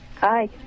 Hi